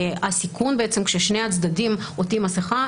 הסיכון כששני הצדדים עוטים מסכה